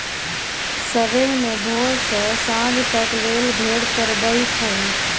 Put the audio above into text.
सरेह मे भोर सँ सांझ तक लेल भेड़ चरबई छै